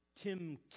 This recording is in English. Tim